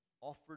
Offered